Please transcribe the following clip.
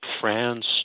France